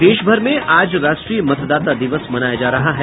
और देश भर में आज राष्ट्रीय मतदाता दिवस मनाया जा रहा है